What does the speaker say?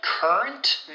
Current